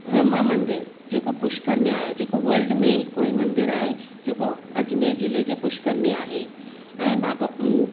ब्रह्मा मंदिर जेको पुष्कर में आहे जेको वल्ड में हिकिड़ो ई मंदिर आहे जेको अजमेर जिले जे पुष्कर में आहे ऐं बाबा मूं